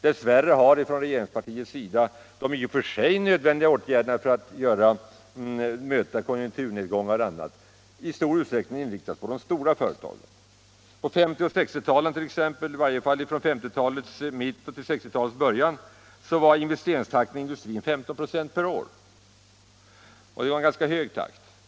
Dess värre har de i och för sig nödvändiga åtgärderna för att minska konjunkturnedgångar och annat i stor utsträckning inriktats på de stora företagen. På 1950 och 1960-talen t.ex. — i varje fall från 1950-talets mitt till 1960-talets början — var investeringstakten inom industrin 15 96 per år, och det var en ganska god takt.